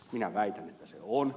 minä väitän että se on